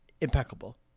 impeccable